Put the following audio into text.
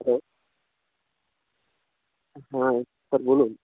hello হ্যাঁ sir বলুন